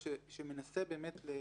באמצע.